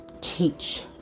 teach